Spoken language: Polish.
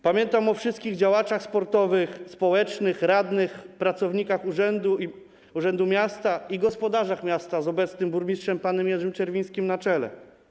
Pamiętam o wszystkich działaczach sportowych, społecznych, radnych, pracownikach urzędu miasta i gospodarzach miasta z obecnym burmistrzem panem Jerzym Czerwińskim na czele.